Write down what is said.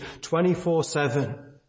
24-7